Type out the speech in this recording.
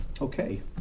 Okay